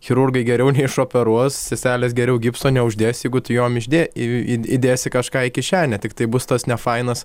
chirurgai geriau išoperuos seselės geriau gipso neuždės jeigu tu jom išdė įdėsi kažką į kišenę tiktai bus tas nefainas